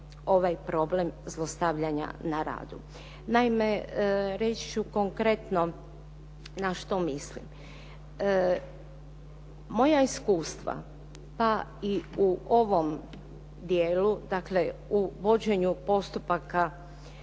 sve oblike zlostavljanja na radu,